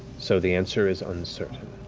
so the answer is uncertain.